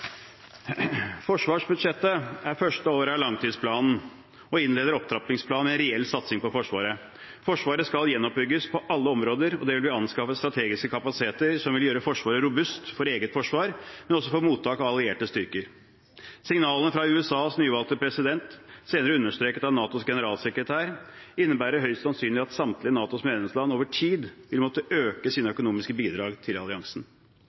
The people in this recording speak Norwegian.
Forsvarsbudsjettet er første år av langtidsplanen og innleder opptrappingsplanen med en reell satsing på Forsvaret. Forsvaret skal gjenoppbygges på alle områder, og det vil bli anskaffet strategiske kapasiteter som vil gjøre Forsvaret robust for eget forsvar og også for mottak av allierte styrker. Signalene fra USAs nyvalgte president, senere understreket av NATOs generalsekretær, innebærer høyst sannsynlig at samtlige av NATOs medlemsland over tid vil måtte øke sine økonomiske bidrag til alliansen.